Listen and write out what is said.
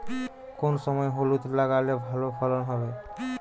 কোন সময় হলুদ লাগালে ভালো ফলন হবে?